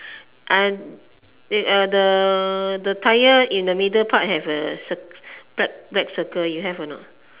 uh the tire in the middle part have a cir~ black black circle you have or not